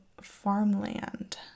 farmland